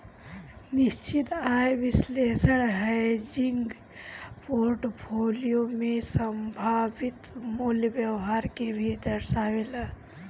निश्चित आय विश्लेषण हेजिंग पोर्टफोलियो में संभावित मूल्य व्यवहार के भी दर्शावेला